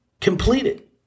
completed